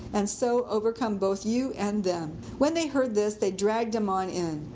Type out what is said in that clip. and so overcome both you and them. when they heard this, they dragged him on in,